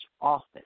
office